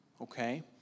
okay